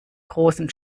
großen